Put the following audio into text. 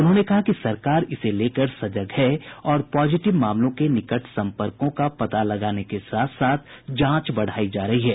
उन्होंने कहा कि सरकार इसे लेकर सजग है और पॉजिटिव मामलों के निकट संपर्कों का पता लगाने के साथ साथ जांच बढ़ायी जा रही है